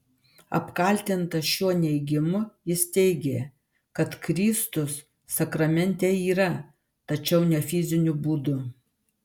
apkaltintas šiuo neigimu jis teigė kad kristus sakramente yra tačiau ne fiziniu būdu